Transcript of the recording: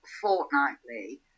fortnightly